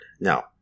Now